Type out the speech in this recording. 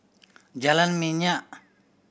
Jalan Minyak